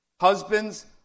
Husbands